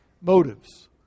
motives